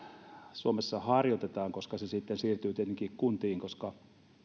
suomessa harjoitetaan koska se sitten siirtyy tietenkin kuntiin koska